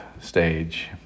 stage